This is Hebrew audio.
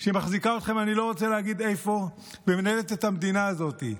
שמחזיקה אתכם אני לא רוצה להגיד איפה ומנהלת את המדינה הזאת.